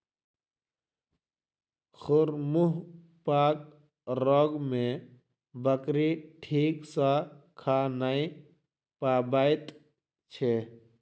खुर मुँहपक रोग मे बकरी ठीक सॅ खा नै पबैत छै